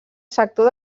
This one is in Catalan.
sector